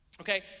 okay